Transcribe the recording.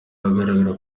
ahagaragara